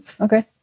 Okay